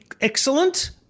excellent